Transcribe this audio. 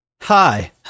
Hi